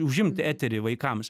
užimt eterį vaikams